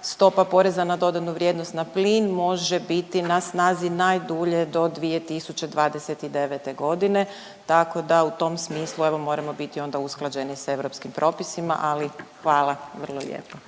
stopa poreza na dodanu vrijednost na plin može biti na snazi najdulje do 2029.g. tako da u tom smislu evo moramo biti onda usklađeni sa europskim propisima. Ali hvala vrlo lijepo.